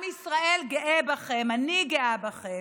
עם ישראל גאה בכן, אני גאה בכן.